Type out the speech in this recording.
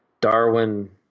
Darwin